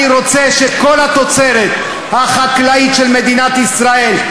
אני רוצה שכל התוצרת החקלאית של מדינת ישראל,